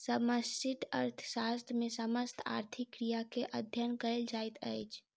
समष्टि अर्थशास्त्र मे समस्त आर्थिक क्रिया के अध्ययन कयल जाइत अछि